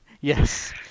Yes